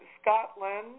Scotland